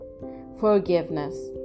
forgiveness